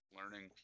learning